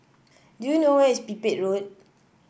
do you know where is Pipit Road